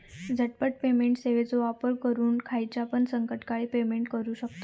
झटपट पेमेंट सेवाचो वापर करून खायच्यापण संकटकाळी पेमेंट करू शकतांव